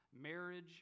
marriage